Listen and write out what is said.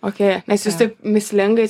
okei nes jūs taip mįslingai